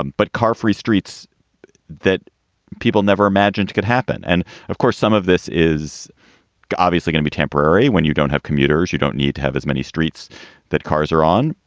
um but car free streets that people never imagined could happen. and of course, some of this is obviously gonna be temporary. when you don't have commuters, you don't need to have as many streets that cars are on.